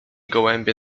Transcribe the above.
gołębie